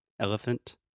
elephant